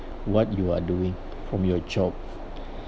what you are doing from your job